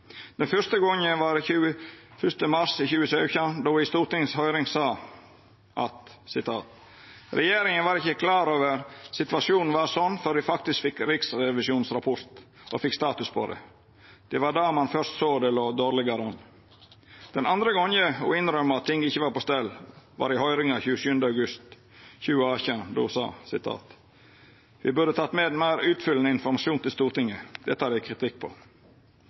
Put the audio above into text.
Den fyrste gongen var 21. mars i 2017, då ho i høyringa i Stortinget sa: «Regjeringen var ikke klar over at situasjonen var sånn før vi faktisk fikk Riksrevisjonens rapport og fikk status på det. Det var da man først så at det lå dårligere an.» Den andre gongen ho innrømde at ting ikkje var på stell, var i høyringa 27. august 2018, då ho sa at dei burde ha gjeve Stortinget meir utfyllande informasjon, og at ho tok kritikk på